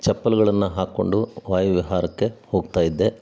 ಚಪ್ಪಲಿಗಳನ್ನ ಹಾಕಿಕೊಂಡು ವಾಯುವಿಹಾರಕ್ಕೆ ಹೋಗ್ತಾ ಇದ್ದೆ